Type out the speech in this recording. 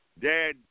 Dad